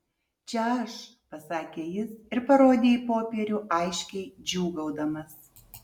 čia aš pasakė jis ir parodė į popierių aiškiai džiūgaudamas